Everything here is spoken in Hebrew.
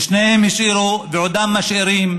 שניהם השאירו, ועודם משאירים,